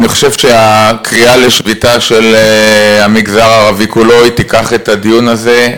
אני חושב שהקריאה לשביתה של המגזר הערבי כולו תיקח את הדיון הזה,